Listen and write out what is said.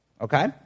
Okay